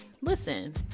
listen